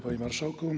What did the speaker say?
Panie Marszałku!